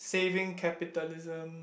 Saving Capitalism